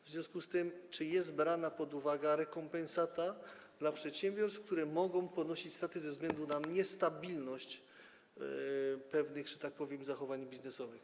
W związku z tym czy jest brana pod uwagę rekompensata dla przedsiębiorstw, które mogą ponosić straty ze względu na niestabilność pewnych, że tak powiem, zachowań biznesowych?